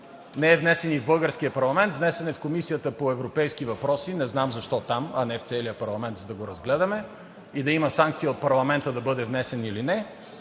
не е внесен и в българския парламент, внесен е в Комисията по европейски въпроси – не знам защо там, а не в целия парламент, за да го разгледаме, и да има санкция от парламента да бъде внесен или не,